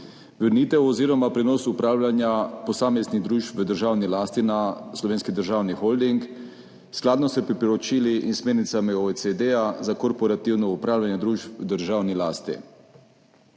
vrnitev oziroma prenos upravljanja posameznih družb v državni lasti na Slovenski državni holding, skladno s priporočili in smernicami OECD za korporativno upravljanje družb v državni lasti;